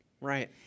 Right